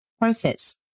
process